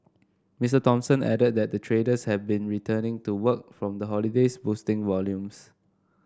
Mister Thompson added that traders have been returning to work from the holidays boosting volumes